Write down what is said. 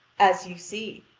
as you see,